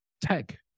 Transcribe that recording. tech